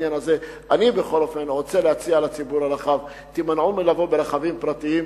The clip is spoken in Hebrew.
אני בכל אופן רוצה להציע לציבור הרחב: תימנעו מלבוא ברכבים פרטיים.